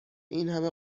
اینهمه